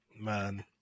man